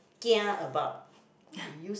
kia about which you use